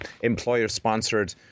employer-sponsored